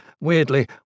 weirdly